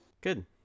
Good